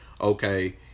okay